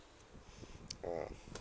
ah